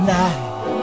night